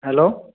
hello